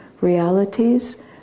realities